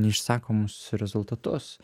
neišsakomus rezultatus